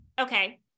Okay